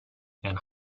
and